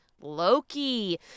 Loki